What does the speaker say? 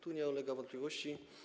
To nie ulega wątpliwości.